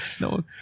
No